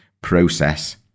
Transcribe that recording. process